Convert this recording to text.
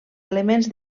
elements